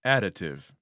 Additive